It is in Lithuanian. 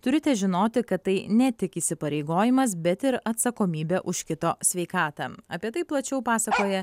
turite žinoti kad tai ne tik įsipareigojimas bet ir atsakomybė už kito sveikatą apie tai plačiau pasakoja